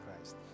Christ